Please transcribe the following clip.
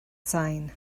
sain